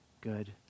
good